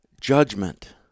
judgment